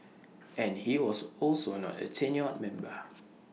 and he was also not A tenured member